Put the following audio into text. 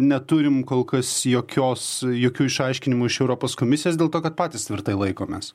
neturim kol kas jokios jokių išaiškinimų iš europos komisijos dėl to kad patys tvirtai laikomės